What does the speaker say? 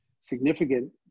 significant